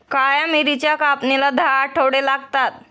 काळ्या मिरीच्या कापणीला दहा आठवडे लागतात